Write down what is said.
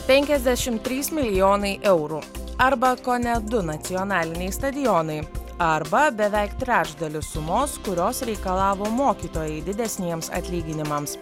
penkiasdešim trys milijonai eurų arba kone du nacionaliniai stadionai arba beveik trečdalis sumos kurios reikalavo mokytojai didesniems atlyginimams